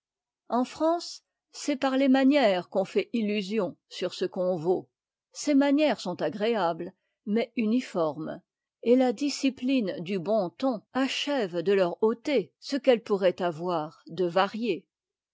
en france c'est par les manières qu'on fait illusion sur ce qu'on vaut ces manières sont agréables mais uniformes et la discipline du bon ton achève de leur ôter ce qu'elles pourraient avoir de varié